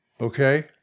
Okay